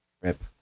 Rip